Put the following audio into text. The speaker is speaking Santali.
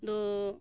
ᱫᱚ